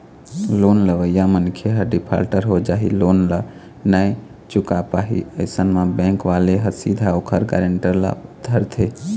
loan लेवइया मनखे ह डिफाल्टर हो जाही लोन ल नइ चुकाय पाही अइसन म बेंक वाले ह सीधा ओखर गारेंटर ल धरथे